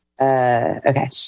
Okay